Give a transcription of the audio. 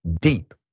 deep